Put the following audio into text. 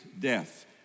death